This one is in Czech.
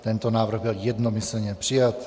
Tento návrh byl jednomyslně přijat.